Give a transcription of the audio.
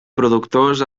productors